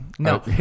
No